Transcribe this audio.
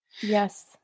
yes